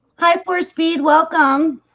hyperspeed welcome.